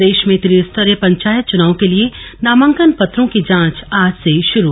प्रदेश में त्रिस्तरीय पंचायत चुनाव के लिए नामांकन पत्रों की जांच आज से शुरू